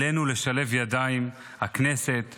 עלינו לשלב ידיים, הכנסת והממשלה,